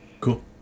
Cool